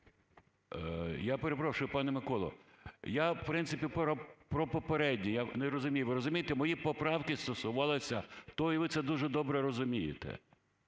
Я перепрошу, пане Миколо, я, в принципі, про попереднє. Я не розумію, ви розумієте, мої поправки стосувалися… і ви це дуже добре розумієте.